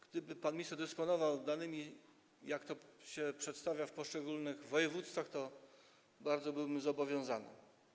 Gdyby pan minister dysponował danymi, jak to się przedstawia w poszczególnych województwach, i je przedstawił, to bardzo byłbym zobowiązany.